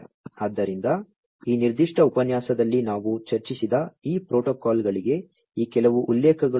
ಆದ್ದರಿಂದ ಈ ನಿರ್ದಿಷ್ಟ ಉಪನ್ಯಾಸದಲ್ಲಿ ನಾವು ಚರ್ಚಿಸಿದ ಈ ಪ್ರೋಟೋಕಾಲ್ಗಳಿಗೆ ಈ ಕೆಲವು ಉಲ್ಲೇಖಗಳು